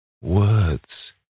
words